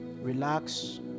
Relax